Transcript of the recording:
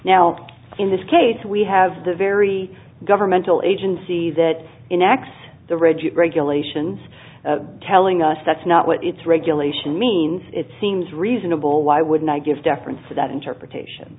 now in this case we have the very governmental agency that in x the rigid regulations telling us that's not what it's regulation means it seems reasonable why wouldn't i give deference to that interpretation